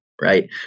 Right